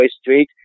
street